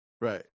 Right